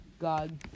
God